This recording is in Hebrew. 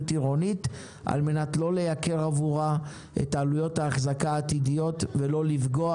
עירונית על מנת לא לייקר עבורה את עלויות האחזקה העתידיות ולא לפגוע